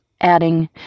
adding